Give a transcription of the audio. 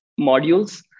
modules